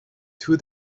two